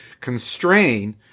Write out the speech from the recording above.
constrain